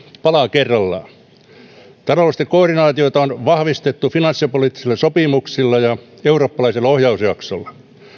pala kerrallaan taloudellista koordinaatiota on vahvistettu finanssipoliittisilla sopimuksilla ja eurooppalaisella ohjausjaksolla